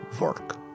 work